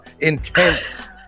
intense